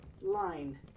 line